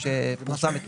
שקורה זה